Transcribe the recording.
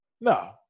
No